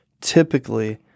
typically